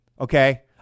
Okay